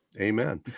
amen